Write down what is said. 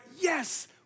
yes